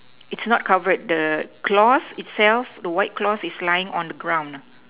its not covered the cloth itself the white cloth is lying on the ground